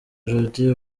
jordin